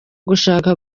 gushaka